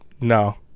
No